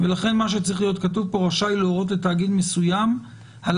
ולכן צריך להיות כתוב פה: "רשאי להורות לתאגיד מסוים על